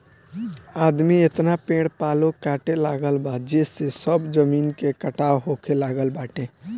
आदमी एतना पेड़ पालो काटे लागल बा जेसे सब जमीन के कटाव होखे लागल बाटे